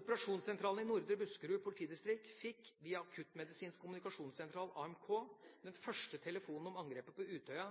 Operasjonssentralen i Nordre Buskerud politidistrikt fikk, via akuttmedisinsk kommunikasjonssentral, AMK, den første telefonen om angrepet på Utøya